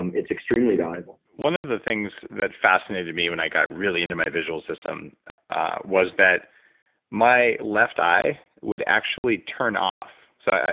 um it's extremely valuable one of the things that fascinated me when i got really into my visual system was that my left eye would actually turn off. so,